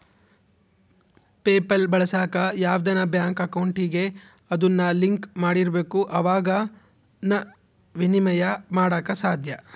PayPal ಬಳಸಾಕ ಯಾವ್ದನ bank ಅಕೌಂಟಿಗೆ ಅದುನ್ನ ಲಿಂಕ್ ಮಾಡಿರ್ಬಕು ಅವಾಗೆ ಃನ ವಿನಿಮಯ ಮಾಡಾಕ ಸಾದ್ಯ